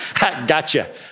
Gotcha